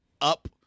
Up